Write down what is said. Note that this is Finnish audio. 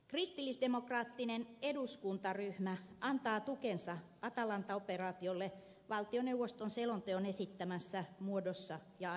kristillisdemokraattinen eduskuntaryhmä antaa tukensa atalanta operaatiolle valtioneuvoston selonteon esittämässä muodossa ja ajassa